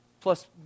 plus